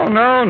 no